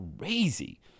crazy